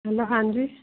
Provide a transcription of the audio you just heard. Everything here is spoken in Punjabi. ਹੈਲੋ ਹਾਂਜੀ